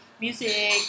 music